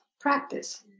practice